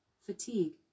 fatigue